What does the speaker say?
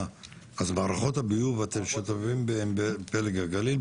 אז מערכות הביוב אתם שותפים עם פלג הגליל,